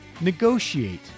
negotiate